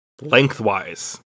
lengthwise